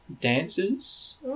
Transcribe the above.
dancers